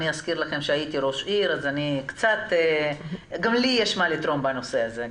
אזכיר לכם שהייתי ראש עירייה אז גם לי יש מה לתרום בנושא הזה.